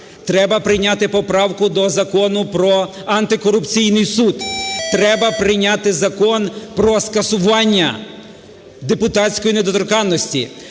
Треба прийняти поправку до Закону про антикорупційний суд. Треба прийняти Закон про скасування депутатської недоторканності.